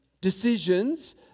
decisions